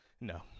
no